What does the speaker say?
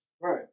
right